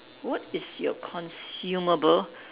what is your consumable